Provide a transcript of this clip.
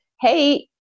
hey